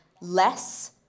less